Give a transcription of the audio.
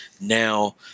now